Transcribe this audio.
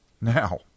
Now